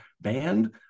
band